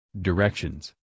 directions